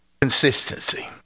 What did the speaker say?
Consistency